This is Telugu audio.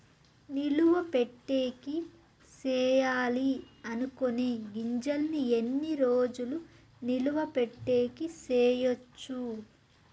నిలువ పెట్టేకి సేయాలి అనుకునే గింజల్ని ఎన్ని రోజులు నిలువ పెట్టేకి చేయొచ్చు